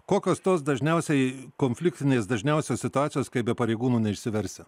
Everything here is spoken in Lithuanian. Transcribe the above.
kokios tos dažniausiai konfliktinės dažniausios situacijos kai be pareigūnų neišsiversi